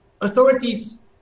authorities